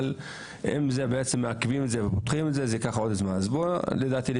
אבל אם זה יעכב וייקח עוד זמן אז עדיף לדעתי,